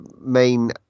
main